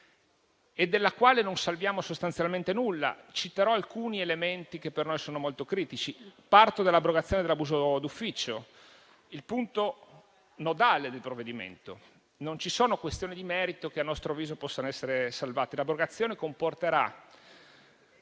e della quale non salviamo sostanzialmente nulla. Citerò alcuni elementi che per noi sono molto critici e parto dall'abrogazione dell'abuso d'ufficio, il punto nodale del provvedimento. Non ci sono questioni di merito che - a nostro avviso - possano essere salvate. L'abrogazione comporterà